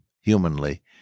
humanly